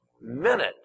minute